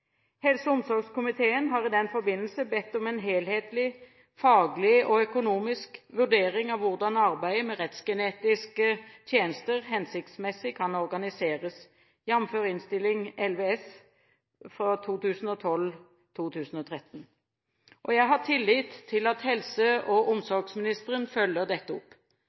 Helse- og omsorgskomiteen har i den forbindelse bedt om en helhetlig, faglig og økonomisk vurdering av hvordan arbeidet med rettsgenetiske tjenester hensiktsmessig kan organiseres, jf. Innst. 11 S for 2012–2013. Jeg har tillit til at helse- og omsorgsministeren følger dette opp.